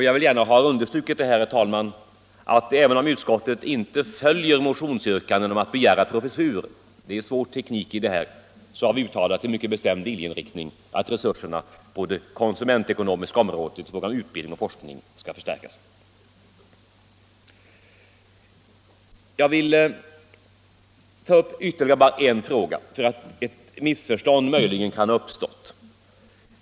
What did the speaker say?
Jag har gärna velat understryka, herr talman, att även om utskottet inte följer motionsyrkanden om att vi skall begära professur har vi uttalat en mycket bestämd viljeinriktning, att resurserna i fråga om utbildning och forskning på det konsumentekonomiska området skall förstärkas. Ytterligare en fråga vill jag ta upp därför att ett missförstånd möjligen kan ha uppstått.